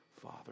father